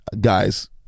Guys